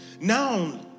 Now